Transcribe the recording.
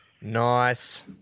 Nice